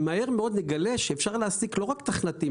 מהר מאוד נגלה שאפשר לא רק מתכנתים,